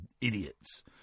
idiots